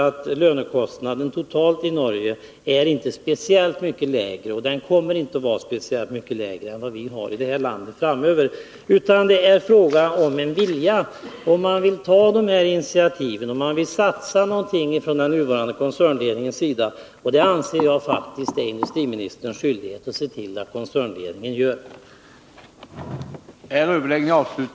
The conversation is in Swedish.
Den totala lönekostnaden i Norge är ju inte speciellt mycket lägre och kommer inte heller att bli speciellt mycket lägre än den vi kommer att få här i landet framöver. Vad det gäller här är alltså om det finns en vilja att ta de här initiativen, om man från den nuvarande koncernledningens sida vill satsa någonting. Jag anser faktiskt att det är industriministerns skyldighet att se till att koncernledningen gör det.